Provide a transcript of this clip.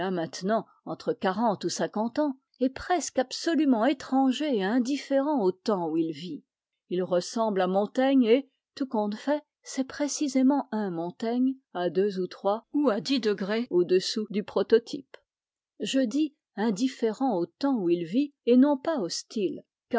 maintenant entre quarante ou cinquante ans est presque absolument étranger et indifférent aux temps où il vit il ressemble à montaigne et tout compte fait c'est précisément un montaigne à deux ou trois ou à dix degrés au-dessous du prototype je dis indifférent au temps où il vit et non pas hostile